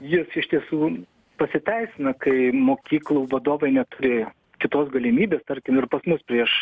jis iš tiesų pasiteisina kai mokyklų vadovai neturi kitos galimybės tarkim ir pas mus prieš